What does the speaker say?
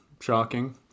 shocking